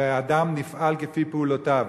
ואדם נפעל כפי פעולותיו.